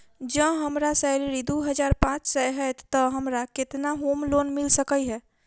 जँ हम्मर सैलरी दु हजार पांच सै हएत तऽ हमरा केतना होम लोन मिल सकै है?